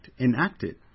enacted